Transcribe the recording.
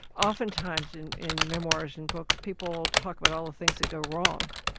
oftentimes in in memoirs and books people talk about all the things that go wrong.